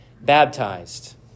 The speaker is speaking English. baptized